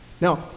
Now